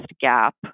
gap